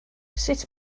sut